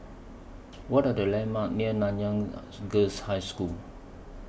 What Are The landmarks near Nanyang Girls' High School